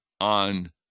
on